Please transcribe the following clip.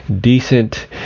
decent